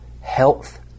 health